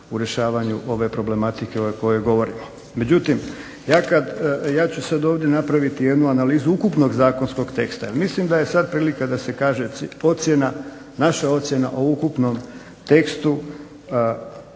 u rješavanju ove problematike o kojoj govorimo. Međutim, ja ću sada ovdje napraviti jednu analizu ukupnog zakonskog teksta jer mislim da je sada prilika da se kaže naša ocjena o ukupnom tekstu